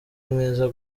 mwiza